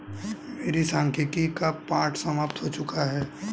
मेरे सांख्यिकी का पाठ समाप्त हो चुका है